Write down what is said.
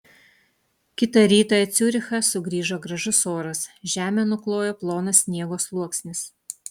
kitą rytą į ciurichą sugrįžo gražus oras žemę nuklojo plonas sniego sluoksnis